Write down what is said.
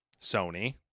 Sony